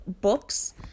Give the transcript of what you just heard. books